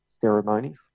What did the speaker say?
ceremonies